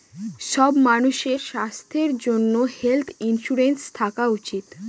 সব মানুষের স্বাস্থ্যর জন্য হেলথ ইন্সুরেন্স থাকা উচিত